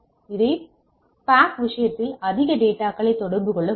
அந்த பேக் விஷயத்தில் அதிக டேட்டாகளை தொடர்பு கொள்ள முடியும்